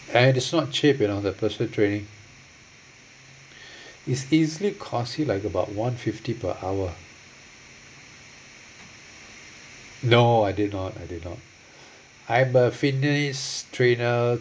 and it's not cheap you know their personal training is easily costly like about one fifty per hour no I did not I did not I'm a fitness trainer